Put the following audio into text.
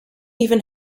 even